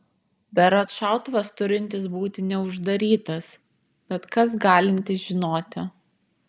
berods šautuvas turintis būti neuždarytas bet kas galintis žinoti